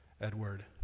Edward